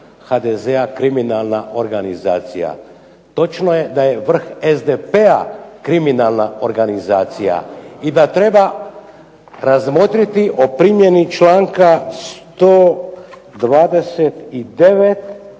HDZ-a kriminalna organizacija. Točno je da je vrh SDP-a kriminalna organizacija i da treba razmotriti o primjeni članka 129.